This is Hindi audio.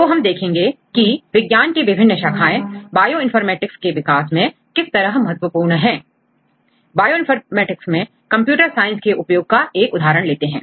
तो हम देखेंगे की विज्ञान की विभिन्न शाखाएं बायोइनफॉर्मेटिक्स के विकास में किस तरह महत्वपूर्ण हैबायोइनफॉर्मेटिक्स में कंप्यूटर साइंस के उपयोग का एक उदाहरण लेते हैं